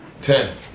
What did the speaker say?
Ten